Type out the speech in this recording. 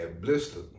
blister